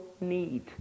need